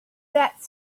that